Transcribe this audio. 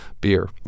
beer